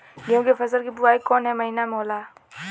गेहूँ के फसल की बुवाई कौन हैं महीना में होखेला?